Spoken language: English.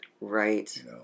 Right